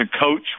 coach